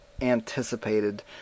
anticipated